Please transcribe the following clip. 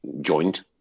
joint